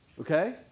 Okay